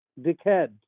Dickhead